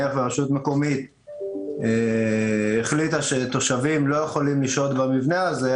אם הרשות המקומית החליטה שתושבים לא יכולים לישון במבנה הזה,